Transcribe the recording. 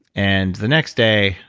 and the next day,